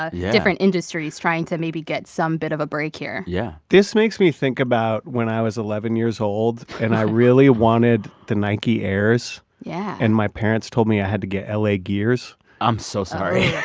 ah different industries trying to maybe get some bit of a break here yeah this makes me think about when i was eleven years old and i really wanted the nike airs yeah and my parents told me i had to get la gears i'm so sorry.